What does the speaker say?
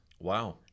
Wow